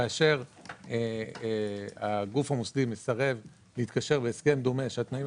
כאשר הגוף המוסדי מסרב להתקשר בהסכם דומה שהתנאים